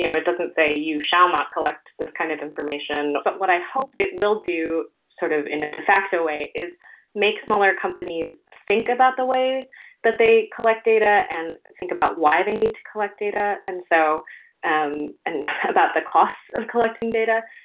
you know it doesn't say you shall not collect this kind of information. but what i hope it will do sort of in a de facto way is make similar companies think about the way that they collect data and think about why they need to collect data. and so and and about the costs of collecting data.